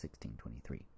1623